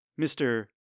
Mr